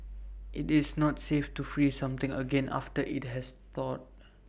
IT is not safe to freeze something again after IT has thawed